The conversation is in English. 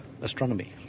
astronomy